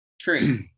true